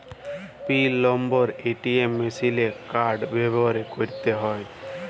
পিল number ATM মিশিলে card ভ্যইরে ক্যইরতে হ্যয়